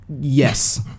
Yes